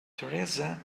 theresa